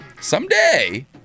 someday